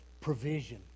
provision